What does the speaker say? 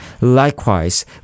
likewise